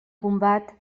combat